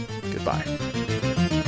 goodbye